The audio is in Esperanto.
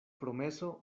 promeso